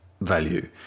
value